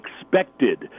expected